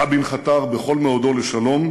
רבין חתר בכל מאודו לשלום,